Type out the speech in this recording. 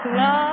love